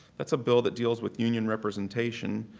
that's a bill that deals with union representation.